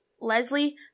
Leslie